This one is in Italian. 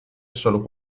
solo